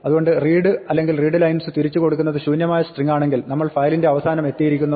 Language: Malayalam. അതുകൊണ്ട് read അല്ലെങ്കിൽ readlines തിരിച്ചുകൊടുക്കുന്നത് ശൂന്യമായ സ്ട്രിങ്ങാണെങ്കിൽ നമ്മൾ ഫയലിന്റെ അവസാനമെത്തിയിരിക്കുന്നു